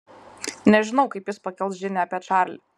nežinau kaip jis pakels žinią apie čarlį